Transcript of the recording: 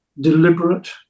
deliberate